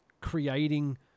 creating